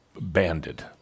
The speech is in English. banded